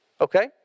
okay